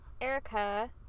Erica